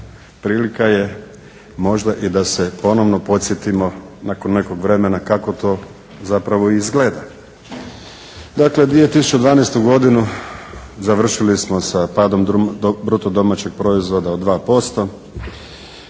prilika je možda i da se ponovno podsjetimo nakon nekog vremena kako to zapravo i izgleda. Dakle, 2012. godinu završili smo sa padom bruto domaćeg proizvoda od 2%.